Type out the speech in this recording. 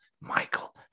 Michael